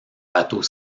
bateau